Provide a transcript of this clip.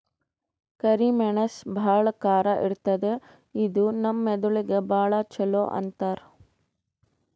ಕರಿ ಮೆಣಸ್ ಭಾಳ್ ಖಾರ ಇರ್ತದ್ ಇದು ನಮ್ ಮೆದಳಿಗ್ ಭಾಳ್ ಛಲೋ ಅಂತಾರ್